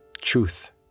Truth